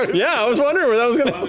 yeah, i was wondering when that was going to